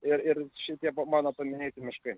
ir ir šitie mano paminėti miškai